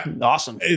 Awesome